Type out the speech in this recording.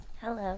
Hello